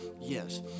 Yes